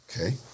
Okay